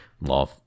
law